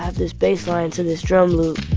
ah this bass line to this drum loop